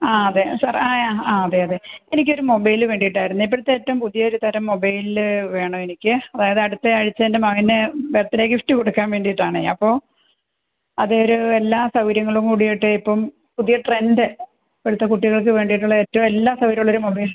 ആ അതെ സാർ ആയാ ആ അതെ അതെ എനിക്കൊരു മൊബൈൽ വേണ്ടിയിട്ടായിരുന്നേ ഇപ്പോളത്തെ ഏറ്റവും പുതിയൊരു തരം മൊബൈൽ വേണം എനിക്ക് അത് അടുത്തയാഴ്ച എൻ്റെ മകന് ബർത്ത്ഡേ ഗിഫ്റ്റ് കൊടുക്കാൻ വേണ്ടിയിട്ടാണേ അപ്പോൾ അതൊരു എല്ലാ സൗകര്യങ്ങളും കൂടിയിട്ട് ഇപ്പം പുതിയ ട്രെൻഡ് ഇപ്പോളത്തെ കുട്ടികൾക്ക് വേണ്ടിയിട്ടുള്ള ഏറ്റവും എല്ലാം സൗകര്യം ഉള്ളൊരു മൊബൈൽ